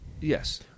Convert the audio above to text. Yes